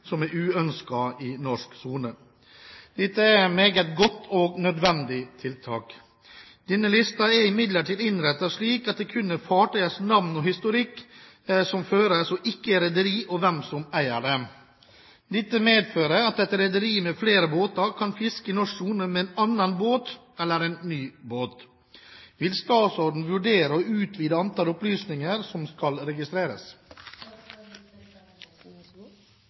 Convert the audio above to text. som er uønsket i norsk sone. Dette er et meget godt og nødvendig tiltak. Denne listen er imidlertid innrettet slik at det kun er fartøyets navn og historikk som føres, og ikke rederiet og hvem som eier det. Dette medfører at et rederi med flere båter kan fiske i norsk sone med en annen båt eller en ny båt. Vil statsråden vurdere å utvide antallet opplysninger som skal registreres?»